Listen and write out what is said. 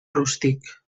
rústic